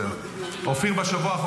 אדוני היושב-ראש,